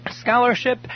scholarship